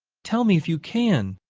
tell me if you can,